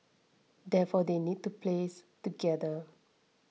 therefore they need a place to gather